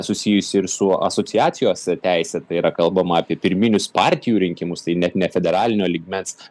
susijusį ir su asociacijos teise tai yra kalbama apie pirminius partijų rinkimus tai net ne federalinio lygmens